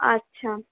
আচ্ছা